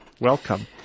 Welcome